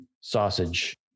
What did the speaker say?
sausage